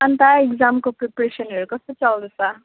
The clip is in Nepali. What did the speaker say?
अन्त इक्जामको प्रिपरेसनहरू कस्तो चल्दैछ